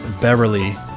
Beverly